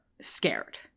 scared